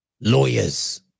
lawyers